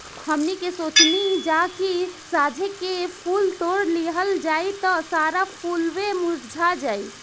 हमनी के सोचनी जा की साझे के फूल तोड़ लिहल जाइ त सारा फुलवे मुरझा जाइ